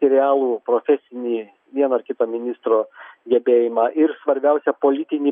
realų profesinį vieno ar kito ministro gebėjimą ir svarbiausia politinį